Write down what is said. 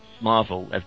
Marvel